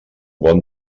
bon